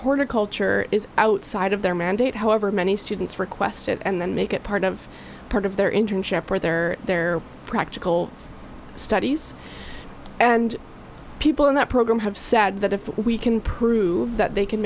horticulture is outside of their mandate however many students request it and then make it part of part of their internship whether their practical studies and people in that program have said that if we can prove that they can